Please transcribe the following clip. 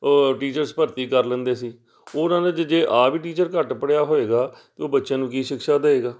ਔਰ ਟੀਚਰਸ ਭਰਤੀ ਕਰ ਲੈਂਦੇ ਸੀ ਉਹਨਾਂ ਨੇ ਜੇ ਆਪ ਹੀ ਟੀਚਰ ਘੱਟ ਪੜ੍ਹਿਆ ਹੋਵੇਗਾ ਤਾਂ ਉਹ ਬੱਚਿਆਂ ਨੂੰ ਕੀ ਸ਼ਿਕਸ਼ਾ ਦੇਵੇਗਾ